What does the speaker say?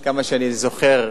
עד כמה שאני זוכר,